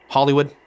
Hollywood